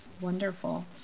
Wonderful